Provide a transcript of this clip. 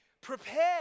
prepare